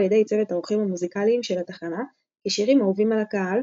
ידי צוות העורכים המוזיקליים של התחנה כשירים אהובים על הקהל,